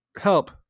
help